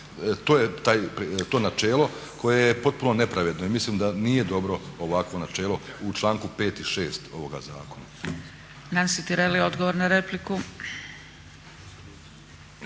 To je to načelo koje je potpuno nepravedno i mislim da nije dobro ovakvo načelo u članku 5. i 6. ovoga zakona. **Zgrebec, Dragica